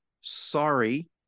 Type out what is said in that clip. sorry